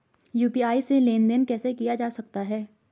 UPI से लेनदेन कैसे किया जा सकता है?